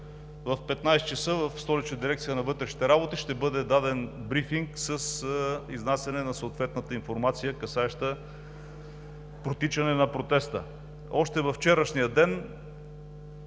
В 15,00 ч. в Столична дирекция на вътрешните работи ще бъде даден брифинг с изнасяне на съответната информация, касаеща протичането на протеста. Още във вчерашния ден